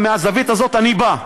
ומהזווית הזאת אני בא.